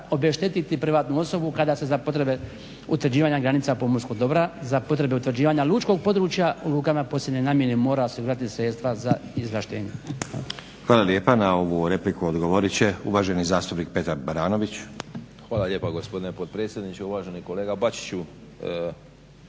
obeštetiti privatnu osobu kada se za potrebe utvrđivanja granica pomorskog dobra za potrebe utvrđivanja lučkog područja u lukama posebne namjene mora osigurati sredstva za izvlaštenje. **Stazić, Nenad (SDP)** Hvala lijepa. Na ovu repliku odgovorit će uvaženi zastupnik Petar Branović. **Baranović, Petar (HNS)** Hvala lijepa gospodine potpredsjedniče. Uvaženi kolega